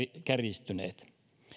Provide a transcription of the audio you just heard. kärjistyneet